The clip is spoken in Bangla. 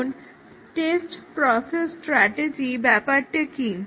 এখন টেস্ট প্রসেস স্ট্রাটেজি ব্যাপারটি কি